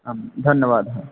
अं धन्यवादः